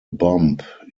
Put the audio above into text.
bump